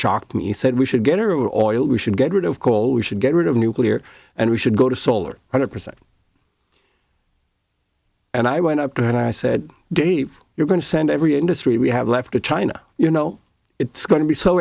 shocked me he said we should get are all oil we should get rid of coal we should get rid of nuclear and we should go to solar hundred percent and i went up there and i said dave you're going to send every industry we have left to china you know it's going to be so